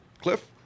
Cliff